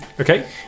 Okay